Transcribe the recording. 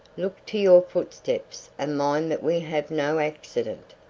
look to your footsteps and mind that we have no accident.